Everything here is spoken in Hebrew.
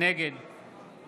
נגד